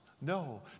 No